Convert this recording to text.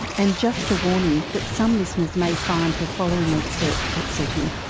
and just a warning that some listeners may find the following excerpt upsetting.